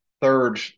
third